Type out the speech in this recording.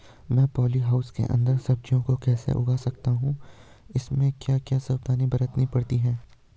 मैं poly house के अन्दर सब्जियों को कैसे उगा सकता हूँ इसमें क्या क्या सावधानियाँ बरतनी पड़ती है?